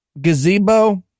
gazebo